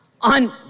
on